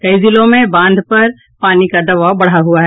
कई जिलों में बांध पर पानी का दबाव बढ़ा हुआ है